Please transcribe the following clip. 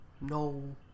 no